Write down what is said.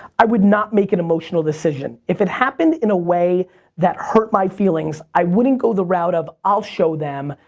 i would not make an emotional decision. if it happened in a way that hurt my feelings, i wouldn't go the route of, i'll show them,